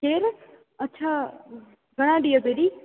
केर अच्छा घणा ॾींहं दीदी